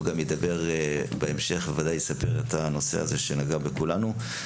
הוא גם ידבר בהמשך ובוודאי יספר את הסיפור שנגע בכולנו.